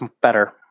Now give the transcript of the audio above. better